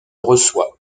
reçoit